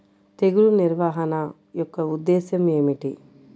తెగులు నిర్వహణ యొక్క ఉద్దేశం ఏమిటి?